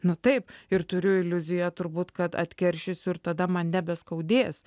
nu taip ir turiu iliuziją turbūt kad atkeršysiu ir tada man nebeskaudės